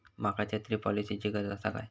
माका छत्री पॉलिसिची गरज आसा काय?